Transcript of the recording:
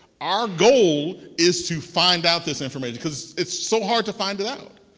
our goal is to find out this information because it's so hard to find it out.